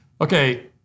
Okay